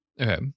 Okay